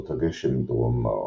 נושאות הגשם מדרום-מערב.